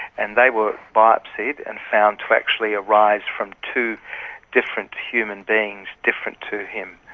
and they were biopsied and found to actually arise from two different human beings different to him.